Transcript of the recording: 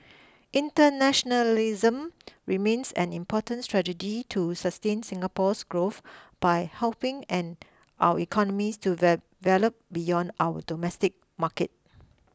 internationalism remains an important strategy to sustain Singapore's growth by helping and our economies to there beyond our domestic market